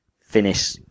finish